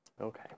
Okay